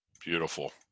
Beautiful